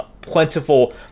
plentiful